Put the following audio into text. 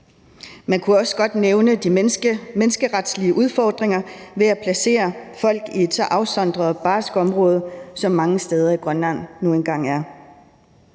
Man kunne også godt nævne de menneskeretlige udfordringer ved at placere folk i et så afsondret og barsk område, som mange steder i Grønland nu engang er.